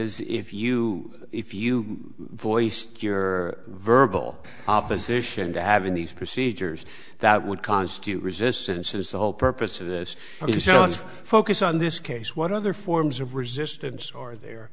is if you if you voiced your verbal opposition to having these procedures that would constitute resistance since the whole purpose of this focus on this case what other forms of resistance are the